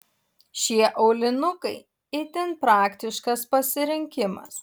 šie aulinukai itin praktiškas pasirinkimas